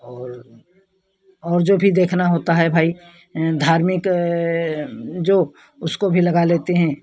और और जो भी देखना होता है भाई धार्मिक जो उसको भी लगा लेते हैं